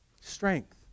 strength